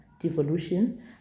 devolution